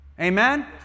Amen